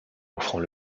offrant